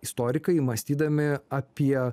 istorikai mąstydami apie